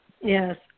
Yes